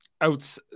out